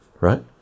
right